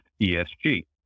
ESG